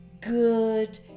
good